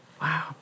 Wow